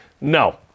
No